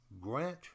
Grant